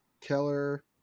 Keller